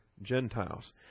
Gentiles